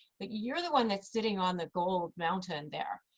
but you're the one that's sitting on the gold mountain there.